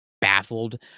baffled